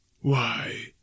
Why